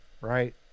right